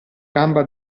gamba